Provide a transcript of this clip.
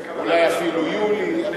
אולי אפילו יולי.